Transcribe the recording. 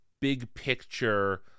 big-picture